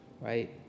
right